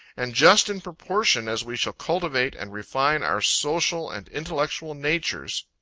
and just in proportion, as we shall cultivate, and refine our social and intellectual natures,